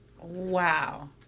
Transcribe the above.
Wow